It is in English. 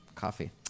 coffee